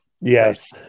Yes